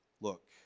look